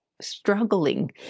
struggling